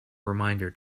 reminder